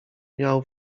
miał